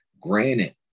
Granted